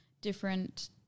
different